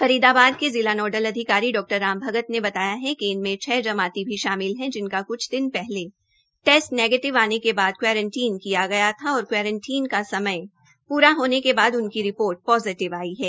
फरीदाबाद के जिला नोडल अधिकारी डा रामभगत ने बताया कि इनमे छ जमाती भी शामिल है जिनका क्छ दिन पहले टेस्ट नेगीटिव आने के बाद क्वारटीन किया गया था और क्वारटीन का समय प्रा होने के बाद उनकी रिपोर्ट पोजिटिव आई है